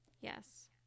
yes